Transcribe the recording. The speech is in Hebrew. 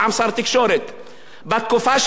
בתקופה שלכם ובאחריות שלכם לא היינו